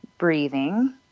breathing